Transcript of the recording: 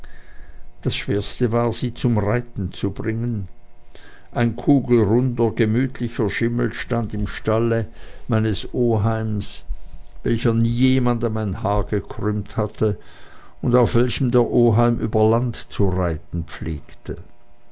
das schwerste war sie zum reiten zu bringen ein kugelrunder gemütlicher schimmel stand im stalle meines oheims welcher nie jemandem ein haar gekrümmt hatte und auf welchem der oheim über land zu reiten pflegte